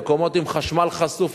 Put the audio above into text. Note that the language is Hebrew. מקומות עם חשמל חשוף,